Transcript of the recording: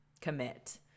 commit